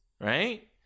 right